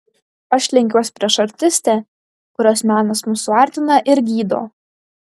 aš lenkiuos prieš artistę kurios menas mus suartina ir gydo